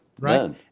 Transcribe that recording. Right